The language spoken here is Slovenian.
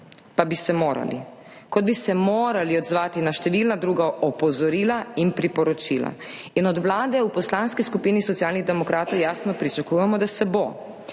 Pa bi se morali, kot bi se morali odzvati na številna druga opozorila in priporočila. Od Vlade v Poslanski skupini Socialnih demokratov jasno pričakujemo, da se bo,